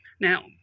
Now